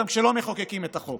גם כשלא מחוקקים את החוק.